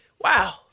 Wow